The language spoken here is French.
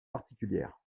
particulière